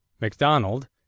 MacDonald